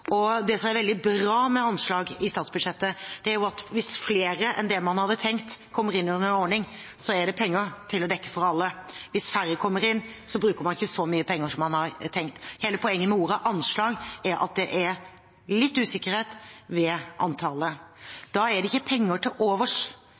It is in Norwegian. Det som er veldig bra med anslag i statsbudsjettet, er at hvis flere enn det man hadde tenkt, kommer inn under en ordning, er det penger til å dekke det for alle. Hvis færre kommer inn, bruker man ikke så mye penger som man hadde tenkt. Hele poenget med ordet «anslag» er at det er litt usikkerhet ved antallet.